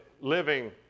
living